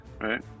right